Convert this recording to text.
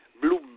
Blue